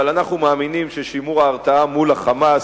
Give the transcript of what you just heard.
אבל אנחנו מאמינים ששימור ההרתעה מול ה"חמאס"